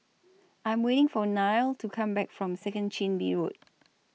I'm waiting For Nile to Come Back from Second Chin Bee Road